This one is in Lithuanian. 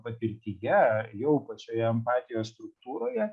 patirtyje jau pačioje empatijos struktūroje